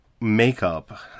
makeup